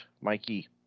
Mikey